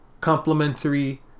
Complementary